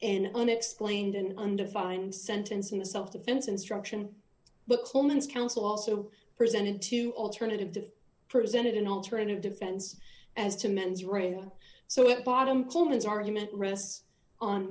an unexplained and undefined sentence in a self defense instruction but coleman's counsel also presented to alternative to presented an alternative defense as to mens rea so at bottom coleman's argument rests on